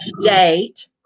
date